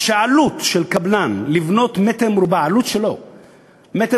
שעלות של הקבלן לבנות מטר מרובע, בנייה